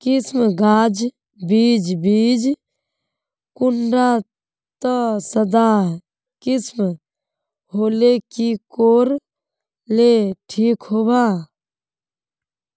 किसम गाज बीज बीज कुंडा त सादा किसम होले की कोर ले ठीक होबा?